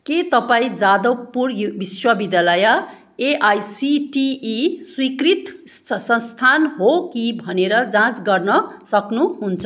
के तपाईँँ जादवपुर यु विश्वविद्यालय एआइसिटिई स्वीकृत संस्थान हो कि भनेर जाँच गर्न सक्नुहुन्छ